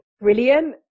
Brilliant